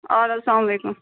اَدٕ حظ سلام علیکُم